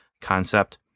concept